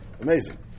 Amazing